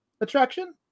Attraction